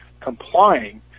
complying